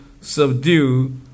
subdue